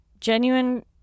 Genuine